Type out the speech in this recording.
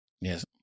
Yes